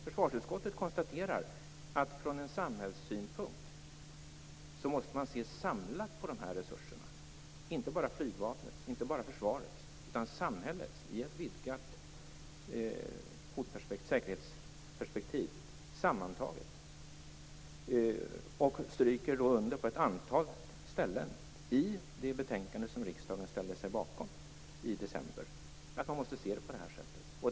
Försvarsutskottet konstaterar att man från en samhällssynpunkt måste se samlat på dessa resurser. Man kan inte bara se på Flygvapnets eller på Försvarets resurser, utan man måste se på samhällets resurser i ett sammantaget säkerhetsperspektiv. Utskottet strök på ett antal ställen i det betänkande som riksdagen ställde sig bakom i december under på att man måste se på frågan på detta sätt.